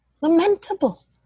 Lamentable